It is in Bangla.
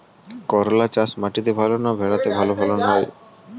করলা চাষ মাটিতে ভালো না ভেরাতে ভালো ফলন হয়?